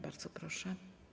Bardzo proszę.